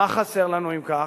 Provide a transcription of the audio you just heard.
מה חסר לנו, אם כך?